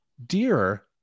Deer